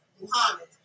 Muhammad